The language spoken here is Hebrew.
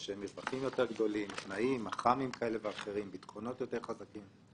עם קופות הגמל והתכניות לביטוח חיים,